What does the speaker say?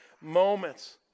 moments